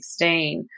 2016